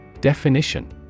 Definition